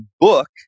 book